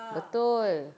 betul